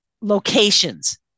locations